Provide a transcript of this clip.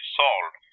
solved